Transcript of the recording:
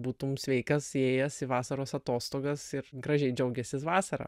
būtum sveikas įėjęs į vasaros atostogas ir gražiai džiaugęsis vasarą